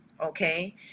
Okay